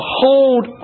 hold